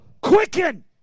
quicken